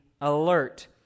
alert